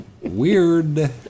Weird